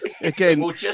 Again